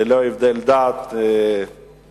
ללא הבדל דת וכו'.